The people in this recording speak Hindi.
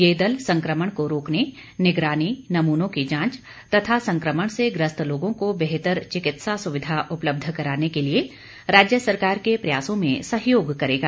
ये दल संक्रमण को रोकने निगरानी नमूनों की जांच तथा संक्रमण से ग्रस्त लोगों को बेहतर चिकित्सा सुविधा उपलब्ध कराने के लिए राज्य सरकार के प्रयासों में सहयोग करेगा